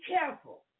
careful